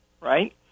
right